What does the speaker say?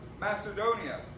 Macedonia